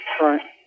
Right